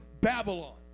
babylon